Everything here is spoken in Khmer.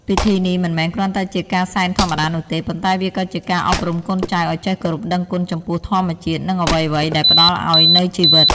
ពិធីនេះមិនមែនគ្រាន់តែជាការសែនធម្មតានោះទេ ប៉ុន្តែវាក៏ជាការអប់រំកូនចៅឲ្យចេះគោរពដឹងគុណចំពោះធម្មជាតិ និងអ្វីៗដែលផ្តល់ឲ្យនូវជីវិត។